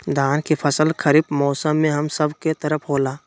धान के फसल खरीफ मौसम में हम सब के तरफ होला